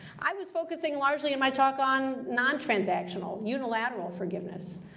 i was focusing largely in my talk on non-transactional, unilateral forgiveness.